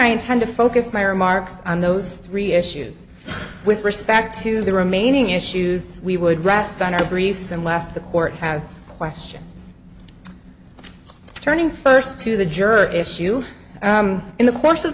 intend to focus my remarks on those three issues with respect to the remaining issues we would rest on our briefs and last the court has questions turning first to the juror issue in the course of